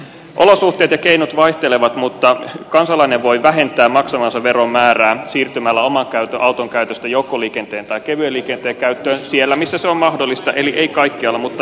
olosuhteet ja keinot vaihtelevat mutta kansalainen voi vähentää maksamansa veron määrää siirtymällä oman auton käytöstä joukkoliikenteen tai kevyen liikenteen käyttöön siellä missä se on mahdollista eli ei kaikkialla mutta jossakin